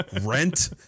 rent